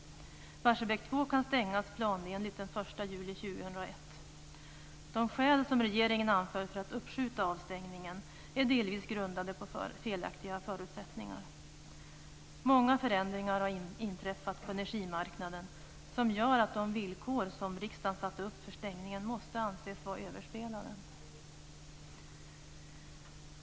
Barsebäck 2 kan stängas planenligt den 1 juli 2001. De skäl som regeringen anför för att uppskjuta stängningen är delvis grundade på felaktiga förutsättningar. Många förändringar har inträffat på energimarknaden som gör att de villkor som riksdagen satte upp för stängningen måste anses vara överspelade.